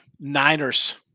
Niners